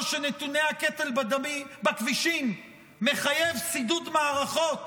שנתוני הקטל בכבישים מחייבים שידוד מערכות,